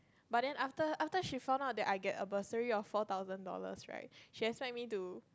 but then after after she found out that I get a bursary of four thousand dollars right she expect me to